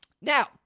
Now